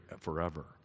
forever